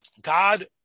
God